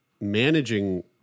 managing